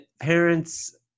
parents